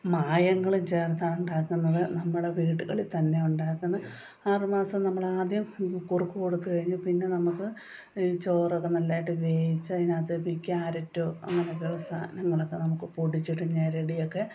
മായങ്ങളും ചേർത്താണ് ഉണ്ടാക്കുന്നത് നമ്മുടെ വീടുകളിൽ തന്നെ ഉണ്ടാകുന്ന ആറുമാസം നമ്മളാദ്യം കുറുക്ക് കൊടുത്തു കഴിഞ്ഞ് പിന്നെ നമുക്ക് ഈ ചോറൊക്കെ നല്ലതായിട്ട് വേവിച്ച് അതിനകത്ത് പ്പി ക്യാരറ്റോ അങ്ങനെയൊക്കെയുള്ള സാധനങ്ങളൊക്കെ നമുക്ക് പൊടിച്ചിട്ട് ഞെരടിയൊക്കെ